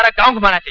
like government.